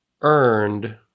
earned